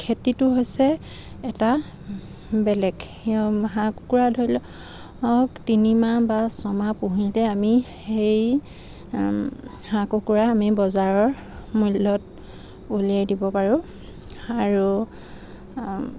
খেতিটো হৈছে এটা বেলেগ হাঁহ কুকুৰা ধৰি লওক তিনিমাহ বা ছমাহ পুহিলে আমি সেই হাঁহ কুকুৰা আমি বজাৰৰ মূল্যত উলিয়াই দিব পাৰোঁ আৰু